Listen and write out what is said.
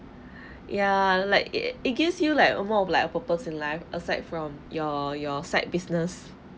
ya like it it gives you like more of like a purpose in life aside from your your side business